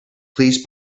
please